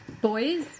Boys